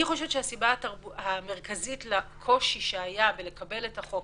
אני חושבת שהסיבה המרכזית בקושי שהיה לקבל את החוק,